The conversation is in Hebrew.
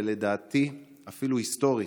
ולדעתי אפילו היסטורית,